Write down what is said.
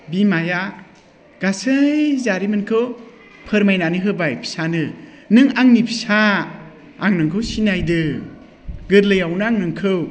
बिमाया गासै जारिमिनखौ फोरमायनानै होबाय फिसानो नों आंनि फिसा आं नोंखौ सिनायदों गोरलैयावनो आं नोंखौ